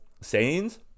sayings